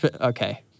Okay